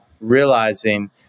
realizing